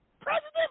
President